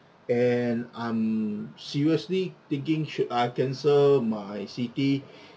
and I'm seriously thinking should I cancel my citi